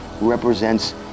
represents